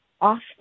often